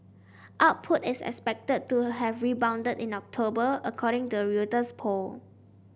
output is expected to have rebounded in October according to a Reuters poll